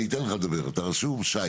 אני אתן לך לדבר אתה רשום שי